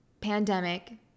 pandemic